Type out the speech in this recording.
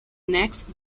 next